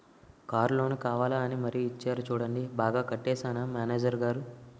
Car loan కావాలా అని మరీ ఇచ్చేరు చూడండి బాగా కట్టేశానా మేనేజరు గారూ?